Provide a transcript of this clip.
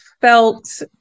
felt